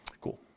Cool